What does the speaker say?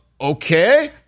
okay